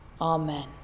Amen